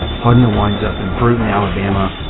claude neal winds up in brewton, ala, but ah